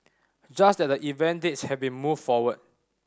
just that the event dates have been moved forward